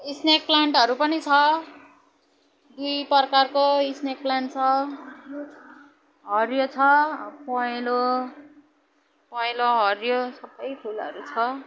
snake प्लान्टहरू पनि छ दुई प्रकारको स्नेक प्लान्ट छ हरियो छ पहेँलो पहेँलो हरियो सबै फुलहरू छ